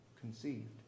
conceived